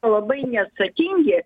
labai neatsakingi